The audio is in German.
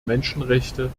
menschenrechte